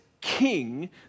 king